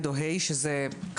גם